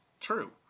true